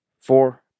four